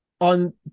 on